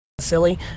silly